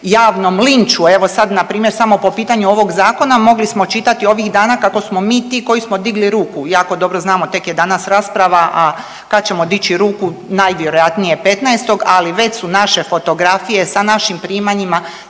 javnom linču, evo sad npr. samo po pitanju ovog zakona mogli smo čitati ovih dana kako smo bi ti koji smo digli ruku. Jako dobro znamo tek je danas rasprava, a kad ćemo dići ruku najvjerojatnije 15., ali već su naše fotografije sa našim primanjima